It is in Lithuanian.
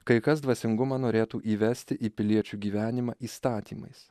kai kas dvasingumą norėtų įvesti į piliečių gyvenimą įstatymais